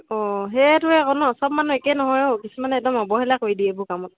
অঁ সেইটোৱে আকৌ ন চব মানুহ একেই নহয় অ' কিছুমানে একদম অৱহেলা কৰি দিয় এইবোৰ কামত